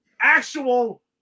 actual